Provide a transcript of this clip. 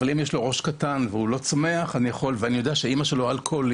אבל אם יש לו ראש קטן והוא לא צומח ואם אני יודע שאמא שלו שתתה אלכוהול,